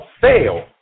fail